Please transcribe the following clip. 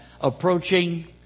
approaching